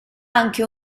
anche